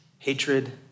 Hatred